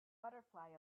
butterfly